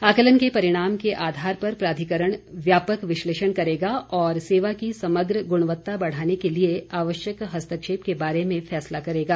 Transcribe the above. आकलन के परिणाम के आधार पर प्राधिकरण व्यापक विशलेषण करेगा और सेवा की समग्र गुणवत्ता बढ़ाने के लिए आवश्यक हस्तक्षेप के बारे में फैसला करेगा